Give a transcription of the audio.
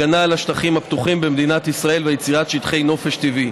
הגנה על השטחים הפתוחים במדינת ישראל ויצירת שטחי נופש טבעי.